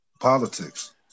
politics